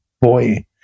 boy